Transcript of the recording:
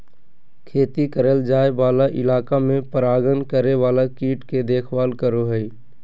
खेती करल जाय वाला इलाका में परागण करे वाला कीट के देखभाल करो हइ